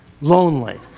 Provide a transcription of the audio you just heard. lonely